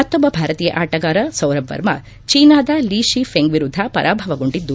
ಮತ್ತೊಬ್ಬ ಭಾರತೀಯ ಆಟಗಾರ ಸೌರಭ್ ವರ್ಮ ಚೀನಾದ ಲಿ ಷಿ ಫೆಂಗ್ ವಿರುದ್ದ ಪರಾಭವಗೊಂಡಿದ್ದು